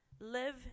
Live